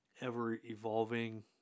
ever-evolving